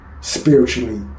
spiritually